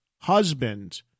husband